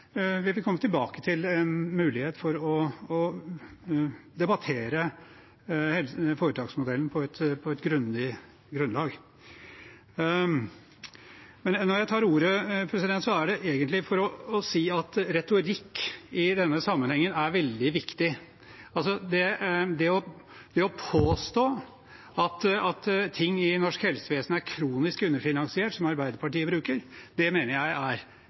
vi komme tilbake til en mulighet for å debattere foretaksmodellen på et grundig grunnlag. Når jeg tar ordet, er det egentlig for å si at retorikk i denne sammenhengen er veldig viktig. Å påstå at ting i norsk helsevesen er kronisk underfinansiert, som Arbeiderpartiet bruker å gjøre, mener jeg er